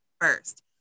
first